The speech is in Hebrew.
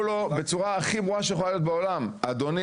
לו בצורה הכי ברורה שיכולה להיות בעולם: אדוני,